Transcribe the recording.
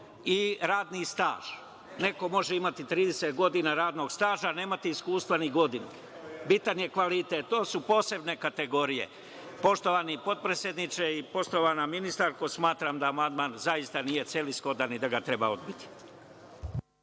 i radni staž. Neko može imati 30 godina radnog staža, a nemati iskustva ni godinu. Bitan je kvalitet. To su posebne kategorije. Poštovani potpredsedniče i poštovana ministarko, smatram da amandman zaista nije celishodan i da ga treba odbiti.